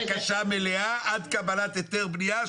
לקבל היתר בנייה בלי הגשת בקשה מלאה עד קבלת היתר בנייה,